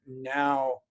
now